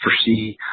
foresee